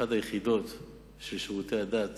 אחת היחידות, של שירותי הדת